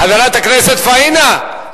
חברת הכנסת פאינה,